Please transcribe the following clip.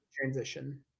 transition